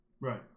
right